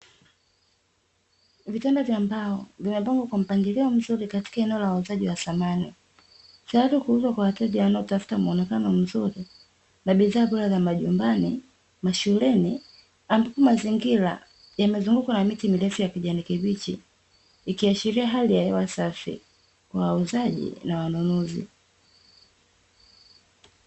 Vitanda vya mbao vimepangwa kwa mpangilio mzuri katika eneo la wauzaji wa samani, tayari kuuzwa kwa wateja wanaotafuta muonekano mzuri na bidhaa bora za majumbani, mashuleni ambapo mazingira yemezungukwa na miti mirefu ya kijani kibichi, ikiashiria hali ya hewa safi kwa wauzaji na wanunuzi.